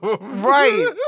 Right